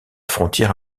frontière